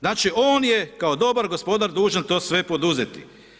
Znači on je kao dobar gospodar, dužan to sve poduzeti.